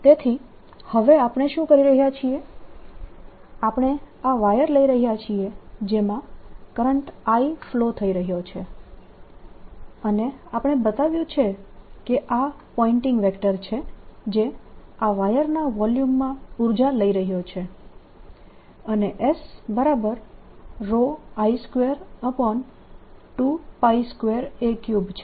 તેથી હવે આપણે શું કરી રહ્યા છીએ આપણે આ વાયર લઈ રહ્યા છીએ જેમાં કરંટ I ફ્લો થઇ રહ્યો છે અને આપણે બતાવ્યું છે કે આ પોઈન્ટીંગ વેક્ટર છે જે આ વાયરના વોલ્યુમમાં ઉર્જા લઈ રહ્યો છે અને SI222a3 છે